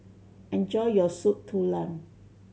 enjoy your Soup Tulang